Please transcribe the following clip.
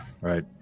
right